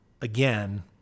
again